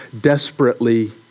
desperately